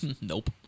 Nope